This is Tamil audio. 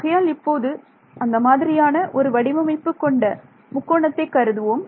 ஆகையால் இப்போது அந்த மாதிரியான ஒரு வடிவமைப்பு கொண்ட முக்கோணத்தை கருதுவோம்